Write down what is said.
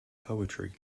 poetry